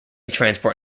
transport